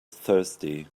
thirsty